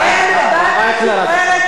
הרב אייכלר,